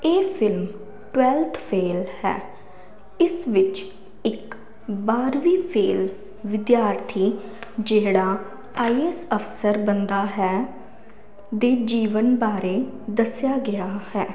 ਇਹ film twelfth fail ਹੈ ਇਸ ਵਿੱਚ ਇੱਕ ਬਾਰ੍ਹਵੀਂ ਫੇਲ ਵਿਦਿਆਰਥੀ ਜਿਹੜਾ ਆਈਐਸ ਅਫਸਰ ਬੰਦਾ ਹੈ ਦੇ ਜੀਵਨ ਬਾਰੇ ਦੱਸਿਆ ਗਿਆ ਹੈ